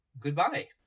goodbye